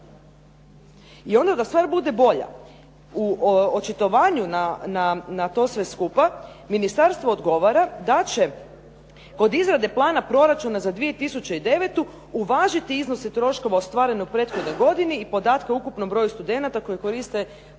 I onda da stvar bude bolja, u očitovanju na to sve skupa, ministarstvo odgovara da će kod izrade plana proračuna za 2009. uvažiti iznose troškova ostvareno u prethodnoj godini i podatke o ukupnom broju studenata koji koriste